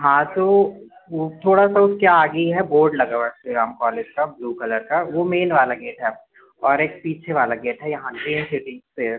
हाँ तो वो थोड़ा सा उसके आगे ही है बोर्ड लगा हुआ है श्री राम कॉलेज का ब्लू कलर का वो मेन वाला गेट है और एक पीछे वाला गेट है यहाँ से से है